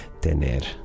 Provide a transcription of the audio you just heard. tener